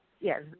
Yes